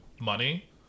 money